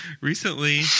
recently